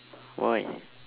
why